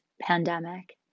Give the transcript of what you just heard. pandemic